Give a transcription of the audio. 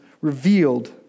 revealed